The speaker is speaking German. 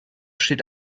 steht